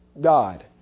God